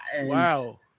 Wow